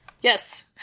Yes